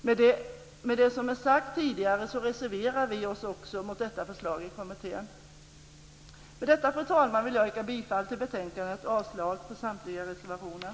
Med det som är sagt tidigare reserverar vi oss också mot detta förslag i kommittén. Med detta, fru talman, vill jag yrka bifall till utskottets hemställan och avslag på samtliga reservationer.